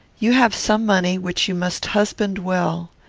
you have some money, which you must husband well.